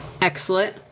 Excellent